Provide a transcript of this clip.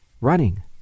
running